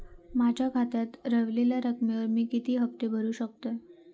माझ्या खात्यात रव्हलेल्या रकमेवर मी किती हफ्ते भरू शकतय?